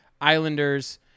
Islanders